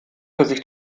sich